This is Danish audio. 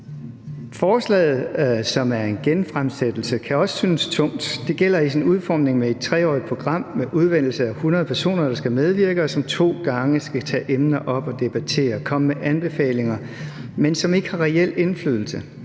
Forslaget, som er en genfremsættelse, kan også synes tungt. Det gælder dets udformning med et 3-årigt program med udvælgelse af 100 personer, der skal medvirke, og som to gange skal tage emner op og debattere og komme med anbefalinger, men som ikke har reel indflydelse.